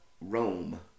Rome